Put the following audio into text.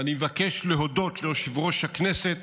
ואני מבקש להודות ליושב-ראש הכנסת